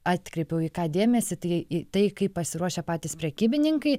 atkreipiau į ką dėmesį tai į tai kaip pasiruošę patys prekybininkai